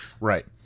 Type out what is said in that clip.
right